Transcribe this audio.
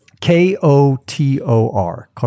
K-O-T-O-R